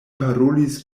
parolis